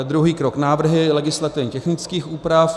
Druhý krok návrhy legislativně technických úprav.